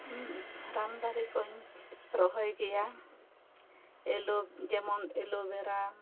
ᱨᱟᱱ ᱫᱟᱨᱮ ᱠᱚᱧ ᱨᱚᱦᱚᱭ ᱜᱮᱭᱟ ᱮᱞᱚ ᱡᱮᱢᱚᱱ ᱮᱞᱚᱵᱮᱨᱟ